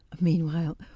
meanwhile